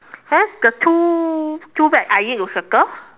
!huh! the two two bag I need to circle